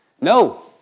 No